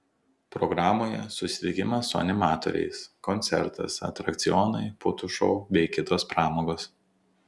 programoje susitikimas su animatoriais koncertas atrakcionai putų šou bei kitos pramogos